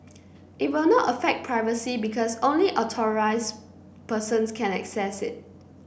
it will not affect privacy because only authorise persons can access it